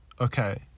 okay